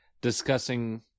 discussing